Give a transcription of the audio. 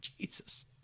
Jesus